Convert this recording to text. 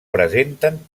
presenten